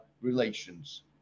relations